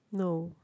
no